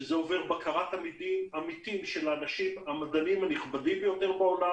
שזה עובר בקרת עמיתים של המדענים הנכבדים ביותר בעולם.